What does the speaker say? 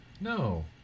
No